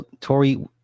Tory